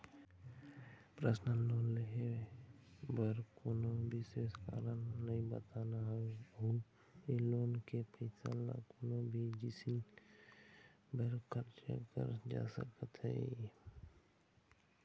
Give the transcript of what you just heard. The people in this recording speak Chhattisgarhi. पर्सनल लोन ले बर कोनो बिसेस कारन नइ बताना होवय अउ ए लोन के पइसा ल कोनो भी जिनिस बर खरचा करे जा सकत हे